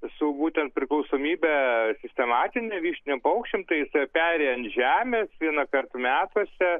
su būtent priklausomybe sistematine vištiniam paukščiam tai jisai peri ant žemės vienąkart metuose